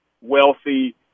wealthy